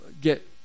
get